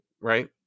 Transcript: Right